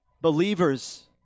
believers